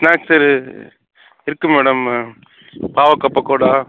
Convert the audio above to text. snacks இருக்குது madam பாவக்காய் பக்கோடா